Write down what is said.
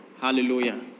Hallelujah